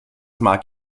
mag